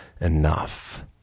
enough